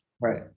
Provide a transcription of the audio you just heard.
right